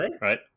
right